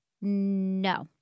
No